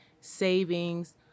savings